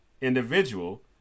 individual